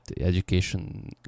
education